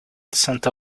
santa